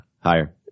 Higher